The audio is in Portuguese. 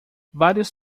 vários